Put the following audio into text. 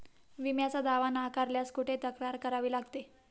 विम्याचा दावा नाकारल्यास कुठे तक्रार करावी लागते?